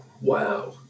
wow